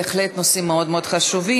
בהחלט נושאים מאוד מאוד חשובים.